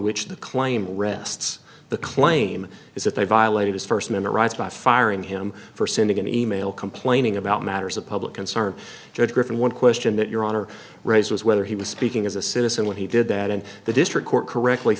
which the claim rests the claim is that they violated his first memorised by firing him for sending an email complaining about matters of public concern judge griffin one question that your honor raised was whether he was speaking as a citizen when he did that and the district court correctly